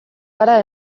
gara